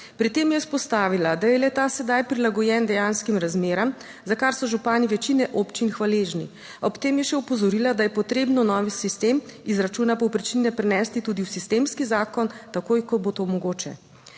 Pri tem je izpostavila, da je le ta sedaj prilagojen dejanskim razmeram, za kar so župani večine občin hvaležni, ob tem je še opozorila, da je potrebno novi sistem izračuna povprečnine prenesti tudi v sistemski zakon, takoj ko bo to mogoče.